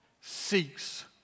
seeks